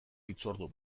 hitzordu